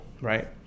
Right